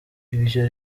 ivyo